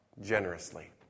generously